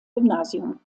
gymnasium